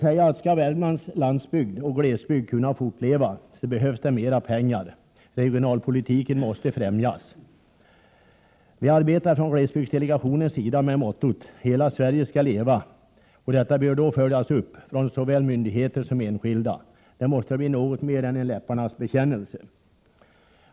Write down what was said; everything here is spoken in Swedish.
Skall Värmlands landsbygd och glesbygd kunna fortleva behövs det mera pengar. Regionalpolitiken måste främjas. Vi arbetar i glesbygdsdelegationen med mottot Hela Sverige skall leva. Och detta bör följas upp från såväl myndigheter som enskilda — det måste bli något mer än en läpparnas bekännelse.